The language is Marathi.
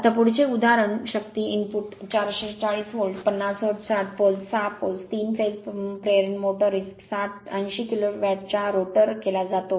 आता पुढचे उदाहरण शक्ती input 440 volt 50 hertz 60 poles 6 poles 3 phase प्रेरण मोटोरीस 80 किलो वॅटच्या रोटर केला जातो